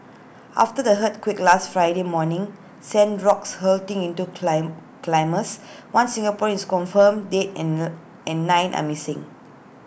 after the earthquake last Friday morning sent rocks hurtling into climb climbers one Singaporean is confirmed dead and the and nine are missing